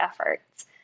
efforts